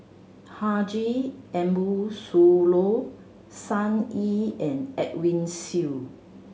Haji Ambo Sooloh Sun Yee and Edwin Siew